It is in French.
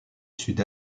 sud